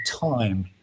time